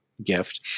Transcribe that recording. gift